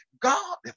God